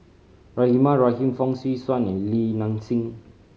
Rahimah Rahim Fong Swee Suan and Li Nanxing